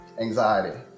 anxiety